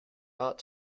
ought